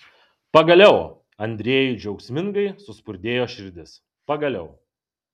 pagaliau andrejui džiaugsmingai suspurdėjo širdis pagaliau